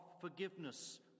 forgiveness